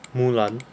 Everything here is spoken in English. Mulan